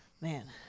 Man